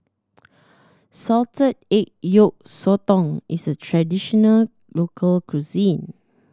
salted egg yolk sotong is a traditional local cuisine